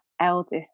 eldest